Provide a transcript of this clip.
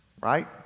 Right